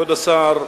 כבוד השר,